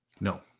No